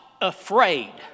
afraid